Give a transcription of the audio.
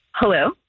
Hello